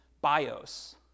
bios